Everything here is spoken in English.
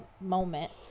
moment